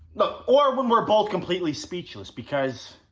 or when we are both completely speechless because.